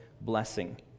blessing